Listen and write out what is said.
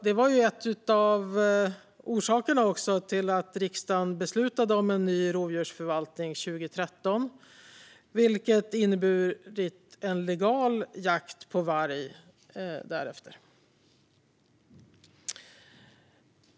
Det var en av orsakerna till att riksdagen beslutade om en ny rovdjursförvaltning 2013, vilket inneburit en legal jakt på varg därefter.